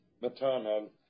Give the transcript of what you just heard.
maternal